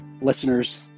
listeners